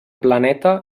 planeta